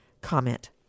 Comment